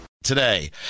today